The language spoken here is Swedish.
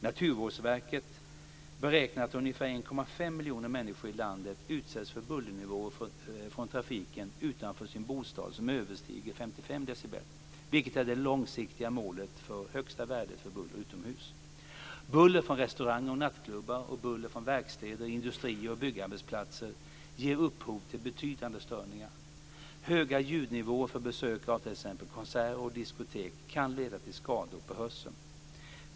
Naturvårdsverket beräknar att ungefär 1,5 miljoner människor i landet utsätts för bullernivåer från trafiken utanför sin bostad som överstiger 55 decibel, vilket är det långsiktiga målet för högsta värde för buller utomhus. Buller från restauranger och nattklubbar och buller från verkstäder, industrier och byggarbetsplatser ger upphov till betydande störningar. Höga ljudnivåer för besökare av t.ex. konserter och diskotek kan leda till skador på hörseln.